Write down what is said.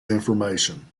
information